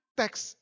text